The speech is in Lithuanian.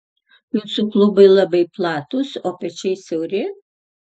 jūsų klubai labai platūs o pečiai siauri